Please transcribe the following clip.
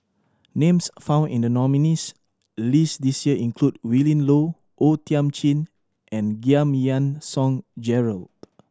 names found in the nominees' list this year include Willin Low O Thiam Chin and Giam Yean Song Gerald